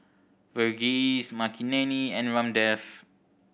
Verghese Makineni and Ramdev